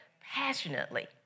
passionately